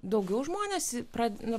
daugiau žmonės pradeda